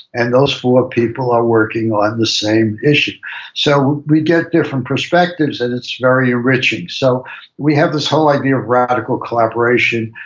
and those four people are working on the same issue so we get different perspectives, and it's very enriching. so we have this whole idea of radical collaboration.